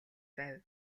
байв